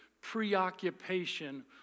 preoccupation